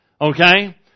Okay